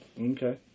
Okay